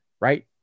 right